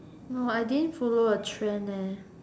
no I didn't follow a trend